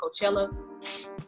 Coachella